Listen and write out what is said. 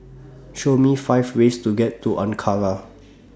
Show Me five ways to get to Ankara